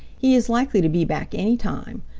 he is likely to be back any time.